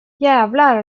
jävlar